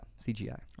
CGI